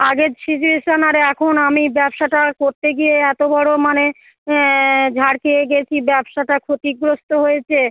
আগের সিচুয়েশন আর এখন আমি ব্যবসাটা করতে গিয়ে এতো বড়ো মানে অ্যাঁ ঝাড় খেয়ে গেছি ব্যবসাটা ক্ষতিগ্রস্ত হয়েছে